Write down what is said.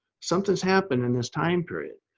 something's happened in this time period.